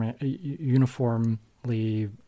uniformly